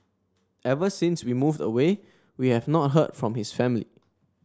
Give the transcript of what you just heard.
ever since we moved away we have not heard from his family